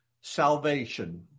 salvation